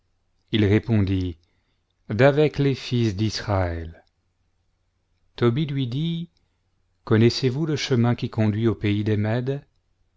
il répondit d'avec les fils d'israël tobie lui dit connaissez-vous le chemin qui conduit au pays des mèdes